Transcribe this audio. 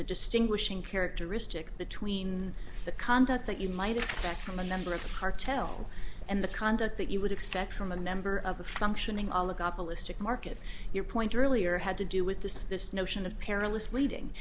a distinguishing characteristic between the conduct that you might expect from a member of cartel and the conduct that you would expect from a member of a functioning all look up a list to market your point earlier had to do with this this notion of perilous leading